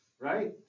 right